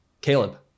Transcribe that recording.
Caleb